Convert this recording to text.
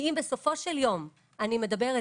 כי אם בסופו של יום אני מדברת